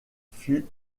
fut